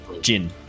Jin